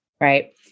right